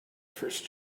first